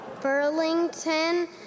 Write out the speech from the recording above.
Burlington